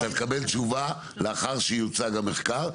אתה תקבל תשובה לאחר שיוצג המחקר,